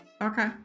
okay